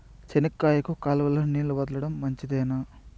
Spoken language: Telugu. చెనక్కాయకు కాలువలో నీళ్లు వదలడం మంచిదేనా?